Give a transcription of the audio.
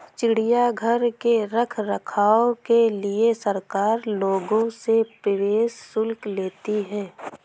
चिड़ियाघर के रख रखाव के लिए सरकार लोगों से प्रवेश शुल्क लेती है